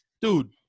dude